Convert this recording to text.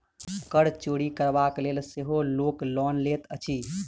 कर चोरि करबाक लेल सेहो लोक लोन लैत अछि